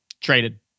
Traded